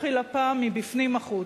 ואתחיל הפעם מבפנים החוצה.